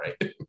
right